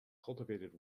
cultivated